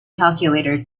calculator